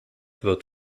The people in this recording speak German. wird